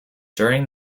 during